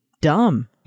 dumb